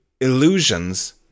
illusions